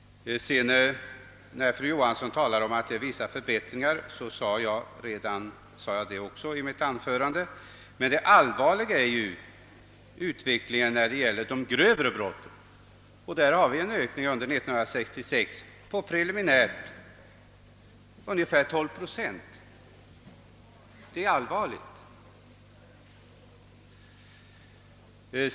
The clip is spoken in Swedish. Fru Johansson sade att det hade inträtt vissa förbättringar, vilket jag också framhöll i mitt anförande. Men det allvarliga är utvecklingen av de grövre brotten, som under 1966 ökade med preliminärt 12 procent. Det är allvarligt.